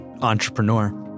entrepreneur